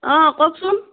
অ কওকচোন